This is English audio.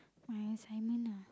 my assignment ah